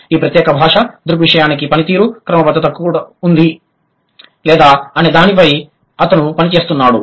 ఈ ప్రత్యేక భాషా దృగ్విషయానికి పనితీరు క్రమబద్ధత ఉందా లేదా అనే దానిపై అతను పని చేస్తున్నాడు